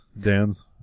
dan's